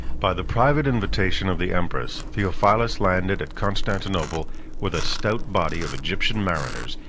by the private invitation of the empress, theophilus landed at constantinople with a stou body of egyptian mariners,